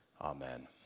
Amen